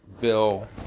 bill